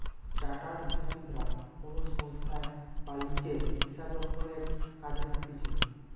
chartered হিসাববিদরা কোনো সংস্থায় বা লিজে হিসাবরক্ষণের কাজে থাকতিছে